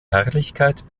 herrlichkeit